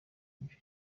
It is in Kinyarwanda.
nico